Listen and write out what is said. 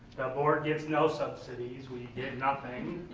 board gets no subsidies, we get nothing.